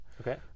Okay